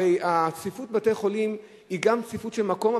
הרי הצפיפות בבתי-חולים היא גם צפיפות של מקום,